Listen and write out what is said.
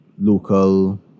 local